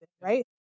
right